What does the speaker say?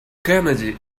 кеннеди